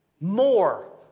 more